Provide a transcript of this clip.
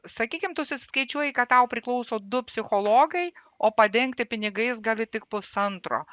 sakykim tu susiskaičiuoji kad tau priklauso du psichologai o padengti pinigais gali tik pusantro